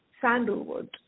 sandalwood